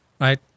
Right